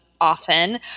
often